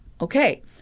Okay